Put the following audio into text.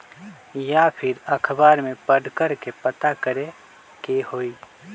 या फिर अखबार में पढ़कर के पता करे के होई?